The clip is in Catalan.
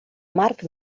marc